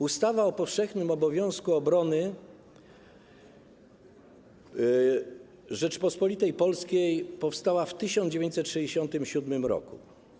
Ustawa o powszechnym obowiązku obrony Rzeczypospolitej Polskiej powstała w 1967 r.